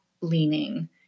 leaning